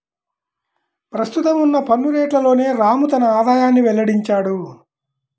ప్రస్తుతం ఉన్న పన్ను రేట్లలోనే రాము తన ఆదాయాన్ని వెల్లడించాడు